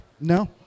No